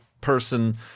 person